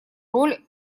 роль